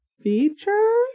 feature